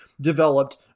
developed